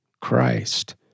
Christ